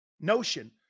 notion